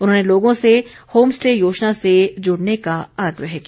उन्होंने लोगों से होम स्टे योजना से जुड़ने का आग्रह किया